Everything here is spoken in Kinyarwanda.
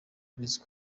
burezi